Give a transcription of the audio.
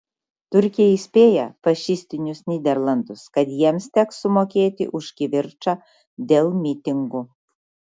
turkija įspėja fašistinius nyderlandus kad jiems teks sumokėti už kivirčą dėl mitingų